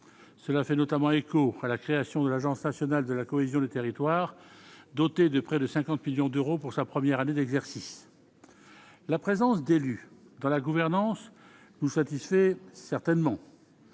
cela fait notamment écho à la création de l'Agence nationale de la cohésion des territoires doté de près de 50 millions d'euros pour sa première année d'exercice, la présence d'élus dans la gouvernance nous satisfait certainement